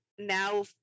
now